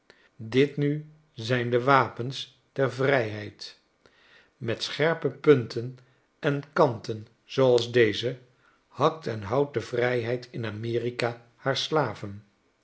dit nu zijn de wapens der vrijheid met scherpe punten en kanten zooals deze hakt en houwt de vrijheid in amerika haar slaven